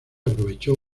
aprovechó